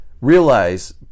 realize